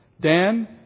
Dan